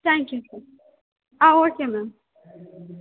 thank you ಸ um okay ma'am